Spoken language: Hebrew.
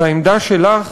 והעמדה שלך,